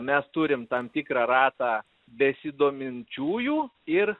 mes turim tam tikrą ratą besidominčiųjų ir